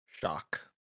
Shock